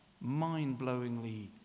mind-blowingly